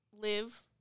live